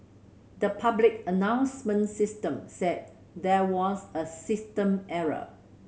the public announcement system said there was a system error